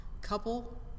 couple